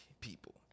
people